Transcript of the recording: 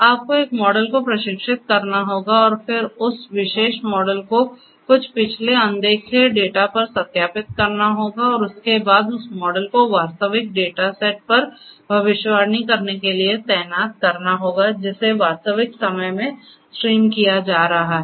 आपको एक मॉडल को प्रशिक्षित करना होगा और फिर उस विशेष मॉडल को कुछ पिछले अनदेखे डेटा पर सत्यापित करना होगा और उसके बाद उस मॉडल को वास्तविक डेटा सेट पर भविष्यवाणियां करने के लिए तैनात करना होगा जिसे वास्तविक समय में स्ट्रीम किया जा रहा है